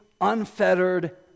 unfettered